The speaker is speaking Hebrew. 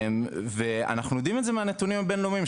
ואנחנו יודעים את זה מהנתונים הבינלאומיים,